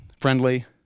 friendly